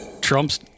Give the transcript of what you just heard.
Trump's